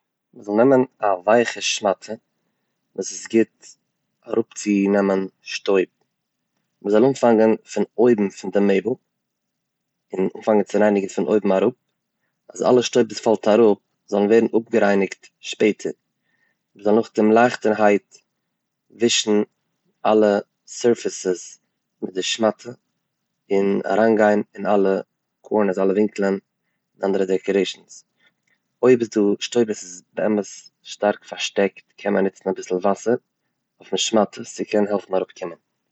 נעם א ווייעכע שמאטע וואס איז גוט אראפצונעמען שטויב, מ'זאל אנפאנגען פון אויבן פון די מעבל און אנפאנגן צו רייניגן פון אויבן אראפ אז אלע שטויב וואס פאלט אראפ זאלן ווערן אפגערייניגט שפעטער, מ'זאל נאכדעם לייכטערהייט ווישן אלע סורפוס'עס מיט די שמאטע און אריינגיין אין אלע קארנערס אין אלע ווינקלן און אנדערע דעקארעישענס, אויב איז דא שטויב וואס איז באמת שטארק פארשטעקט קען מען ניצן אביסל וואסער אויפן שמאטע עס צו קענען העלפן אראפקומען.